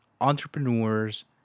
entrepreneurs